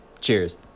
Cheers